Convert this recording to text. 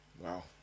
Wow